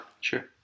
sure